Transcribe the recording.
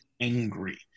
angry